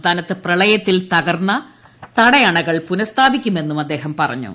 സംസ്ഥാനത്ത് പ്രളയത്തിൽ തകർന്ന തടയണകൾ പുനസ്ഥാപിക്കുമെന്നും അദ്ദേഹം പറഞ്ഞു